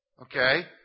Okay